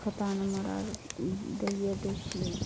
खाता नम्बर आर दैए दै छियै